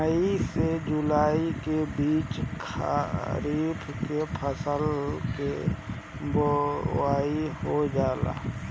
मई से जुलाई के बीच खरीफ के फसल के बोआई हो जाला